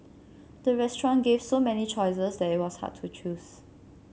the restaurant gave so many choices that it was hard to choose